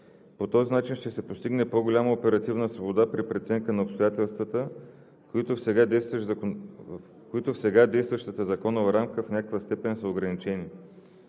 По този начин ще се постигне по-голяма оперативна свобода при преценка на обстоятелствата, които в сега действащата законова рамка в някаква степен са ограничени.